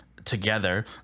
together